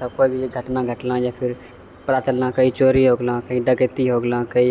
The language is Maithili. जैसे कोइ भी घटना घटलौँ या फिर पता चललौँ कहीँ चोरी हो गेलँ कहीँ डकैती हो गेलँ कहीँ